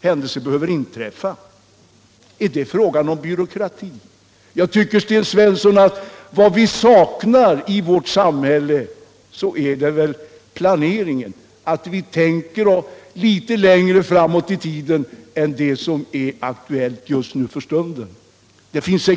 händelser behöver inträffa. Är det fråga om byråkrati? Vad vi saknar, Sten Svensson, i vårt samhälle är planering, att vi tänker litet längre fram i tiden och inte bara ser det som är aktuellt just för stunden. Exempel finns.